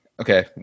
Okay